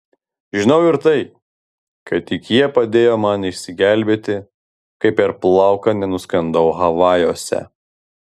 žinau ir tai kad tik jie padėjo man išsigelbėti kai per plauką nenuskendau havajuose